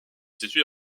située